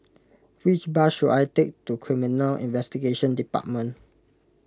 which bus should I take to Criminal Investigation Department